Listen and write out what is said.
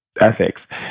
ethics